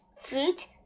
fruit